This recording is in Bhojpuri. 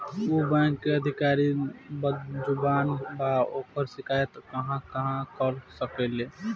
उ बैंक के अधिकारी बद्जुबान बा ओकर शिकायत कहवाँ कर सकी ले